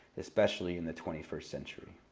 especially in the twenty first century.